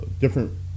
different